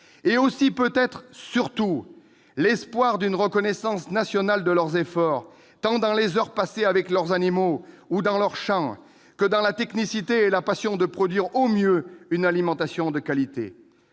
aussi, et peut-être surtout, l'espoir d'une reconnaissance nationale de leurs efforts, tant au cours des heures passées avec leurs animaux ou dans leurs champs que dans la technicité et la passion de produire au mieux une alimentation de qualité.